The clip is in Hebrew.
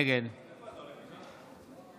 נגד